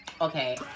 Okay